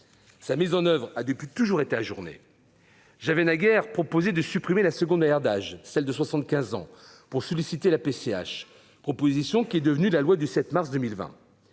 sa mise en oeuvre a toujours été ajournée depuis lors. J'avais naguère proposé de supprimer la seconde barrière d'âge, celle des 75 ans, pour solliciter la PCH. Cette proposition est devenue la loi du 6 mars 2020.